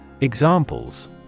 Examples